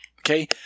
Okay